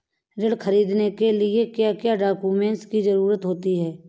ऋण ख़रीदने के लिए क्या क्या डॉक्यूमेंट की ज़रुरत होती है?